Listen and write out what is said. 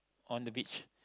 on the beach